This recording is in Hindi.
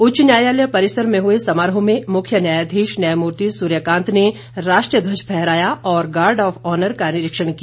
उच्च न्यायालय परिसर में हुए समारोह में मुख्य न्यायाधीश न्यायमूर्ति सूर्य कांत ने राष्ट्रीय ध्वज फहराया और गार्ड ऑफ ऑनर का निरीक्षण किया